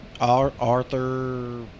Arthur